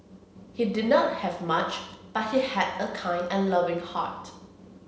he did not have much but he had a kind and loving heart